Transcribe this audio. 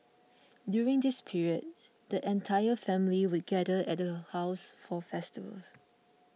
during this period the entire family would gather at her house for festivals